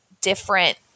different